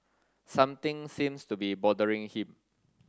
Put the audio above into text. something seems to be bothering him